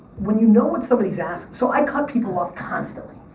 when you know what somebody's ask, so i cut people off constantly,